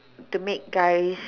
to make guys